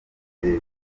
muri